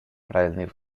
правильный